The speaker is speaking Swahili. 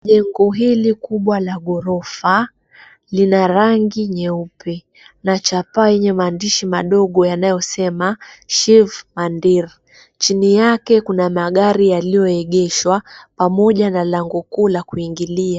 Jengo hili kubwa la ghorofa lina rangi nyeupe na chapaa yenye maandishi madogo yanayosema SHIV MANDIR. Chini yake kuna magari yaliyoegeshwa pamoja na lango kuu la kuingilia.